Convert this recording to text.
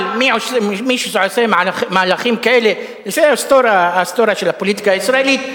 אבל מי שעושה מהלכים כאלה לפי ההיסטוריה של הפוליטיקה הישראלית,